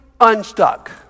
unstuck